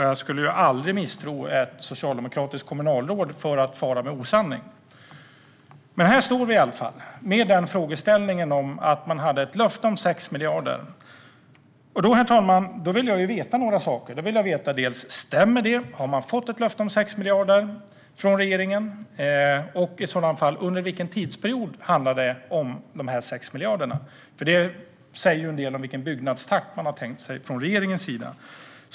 Jag skulle aldrig heller misstro ett socialdemokratiskt kommunalråd och tro att han far med osanning. Men här står vi i alla fall med frågeställningen om att man hade ett löfte om 6 miljarder. Herr talman! Då vill jag veta några saker. Stämmer det? Har Lorents Burman fått ett löfte om 6 miljarder från regeringen? Och i så fall: Vilken tidsperiod handlar dessa 6 miljarder om? Det säger en del om vilken byggnadstakt man har tänkt sig från regeringens sida.